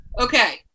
Okay